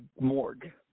morgue